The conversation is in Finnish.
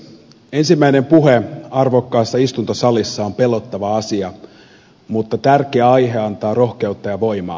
ensimmäinen puhe arvokkaassa istuntosalissa on pelottava asia mutta tärkeä aihe antaa rohkeutta ja voimaa